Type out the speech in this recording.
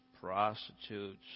prostitutes